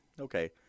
Okay